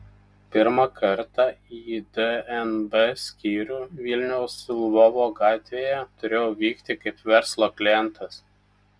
pirmą kartą į dnb skyrių vilniaus lvovo gatvėje turėjau vykti kaip verslo klientas